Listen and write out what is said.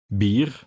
bier